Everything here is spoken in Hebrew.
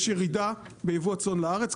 יש ירידה ביבוא הצאן לארץ,